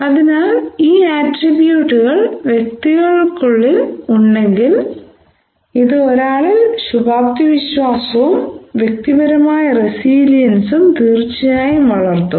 അതിനാൽ ഈ ആട്രിബ്യൂട്ടുകൾ വ്യക്തികൾക്കുള്ളിൽ ഉണ്ടെങ്കിൽ ഇത് ഒരാളിൽ ശുഭാപ്തി വിശ്വാസവും വ്യക്തിപരമായ റെസീലിയൻസും തീർച്ചയായും വളർത്തും